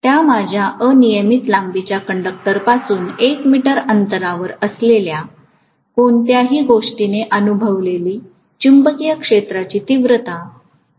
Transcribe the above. त्या माझ्या अनियमित लांबीच्या कंडक्टरपासून 1 मीटर अंतरावर असलेल्या कोणत्याही गोष्टीने अनुभवलेली चुंबकीय क्षेत्राची तीव्रता आहे